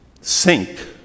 sink